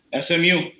SMU